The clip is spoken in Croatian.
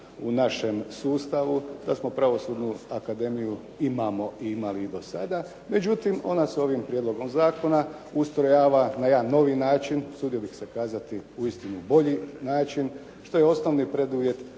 u našem sustavu. Već smo Pravosudnu akademiju imamo, imali i do sada, međutim ona se ovim prijedlogom zakona ustrojava na jedan novi način, usudio bih se kazati uistinu bolji način što je osnovni preduvjet